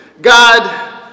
God